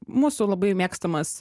mūsų labai mėgstamas